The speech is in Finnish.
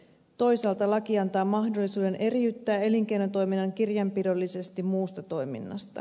toisaalta laki antaa mahdollisuuden eriyttää elinkeinotoiminnan kirjanpidollisesti muusta toiminnasta